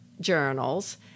journals